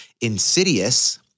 insidious